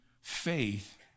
faith